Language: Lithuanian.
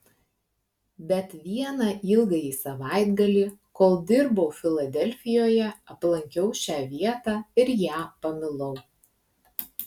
bet vieną ilgąjį savaitgalį kol dirbau filadelfijoje aplankiau šią vietą ir ją pamilau